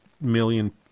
million